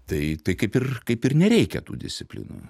tai tai kaip ir kaip ir nereikia tų disciplinų